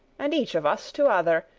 and each of us to other,